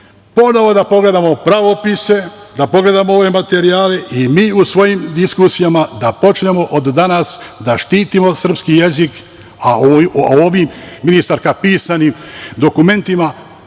ponovo da pogledamo pravopise, da pogledamo ove materijale i mi u svojim diskusijama da počnemo od danas da štitimo srpski jezik. O ovim, ministarka, pisanim dokumentima,